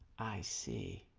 i see